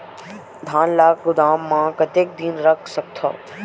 धान ल गोदाम म कतेक दिन रख सकथव?